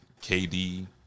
KD